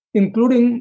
including